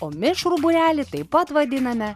o mišrų būrelį taip pat vadiname